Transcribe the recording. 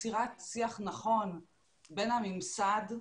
יצירת שיח נכון בין הממסד,